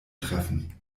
treffen